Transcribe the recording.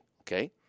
Okay